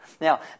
Now